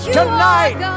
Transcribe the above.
tonight